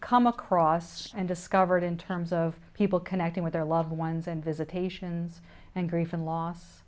come across and discovered in terms of people connecting with their loved ones and visitations and grief and los